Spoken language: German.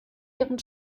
ihren